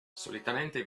solitamente